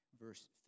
verse